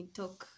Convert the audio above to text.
talk